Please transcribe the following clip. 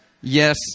Yes